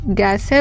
gas